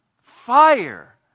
fire